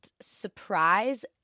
surprise